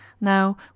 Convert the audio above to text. now